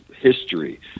history